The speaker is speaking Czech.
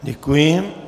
Děkuji.